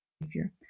behavior